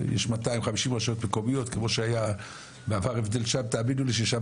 יש 250 רשויות מקומיות כמו שהיה בעבר - תאמינו לי ששם